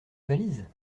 valise